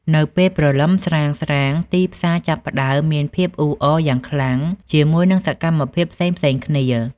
នៅពេលព្រលឹមស្រាងៗ ទីផ្សារចាប់ផ្តើមមានភាពអ៊ូអរយ៉ាងខ្លាំងជាមួយនឹងសកម្មភាពផ្សេងៗគ្នា។